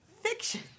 Fiction